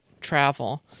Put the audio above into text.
travel